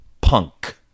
Punk